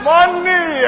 Money